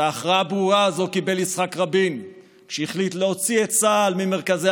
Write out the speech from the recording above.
את ההכרעה הברורה הזו קיבל יצחק רבין כשהחליט להוציא את צה"ל ממרכזי